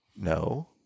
no